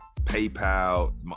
PayPal